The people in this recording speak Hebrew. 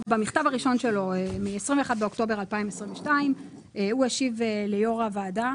במכתב הראשון של היו"ר מ-21 באוקטובר 2022 הוא השיב ליושב-ראש הוועדה,